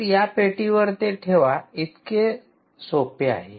तर या पेटीवर ठेवा ते इतके सोपे आहे